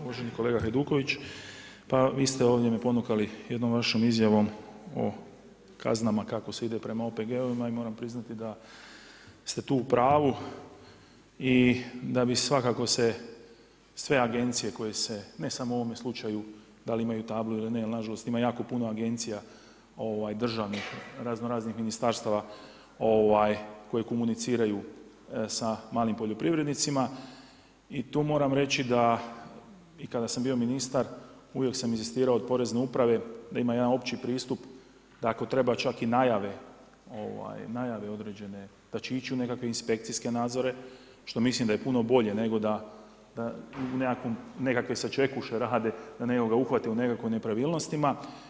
Uvaženi kolega Hajduković pa vi ste ovdje me ponukali jednom vašom izjavom o kaznama kako se ide prema OPG-ovima i moram priznati da ste tu u pravu i da bi svakako se sve agencije koje se ne samo u ovome slučaju da li imaju tablu ili ne jer na žalost ima jako puno agencija državnih razno-raznih ministarstava koje komuniciraju sa malim poljoprivrednicima i tu moram reći da i kada sam bio ministar uvijek sam inzistirao od Porezne uprave da ima jedan opći pristup da ako treba čak i najave određene da će ići u nekakve inspekcijske nadzore što mislim da je puno bolje, nego da nekakve sačekuše rade da nekoga uhvate u nekakvim nepravilnostima.